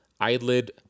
eyelid